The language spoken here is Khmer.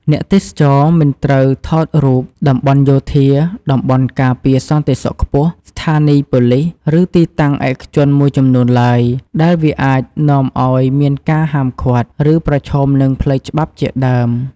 អ្នកទេសចរមិនត្រូវថតរូប តំបន់យោធា តំបន់ការពារសន្តិសុខខ្ពស់ ស្ថានីយ៍ប៉ូលីស ឬទីតាំងឯកជនមួយចំនួនឡើង ដោយវាអាចនាំឲ្យមានការហាមឃាត់ ឬប្រឈមនឹងផ្លូវច្បាប់ជាដើម។